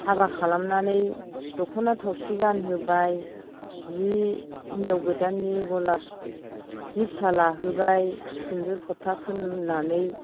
हाबा खालामनानै दखना थावसि गानहोबाय सि हिन्जाव गोदाननि गलाब सि फिसा लाहोबाय सिन्दुर फुथा फोननानै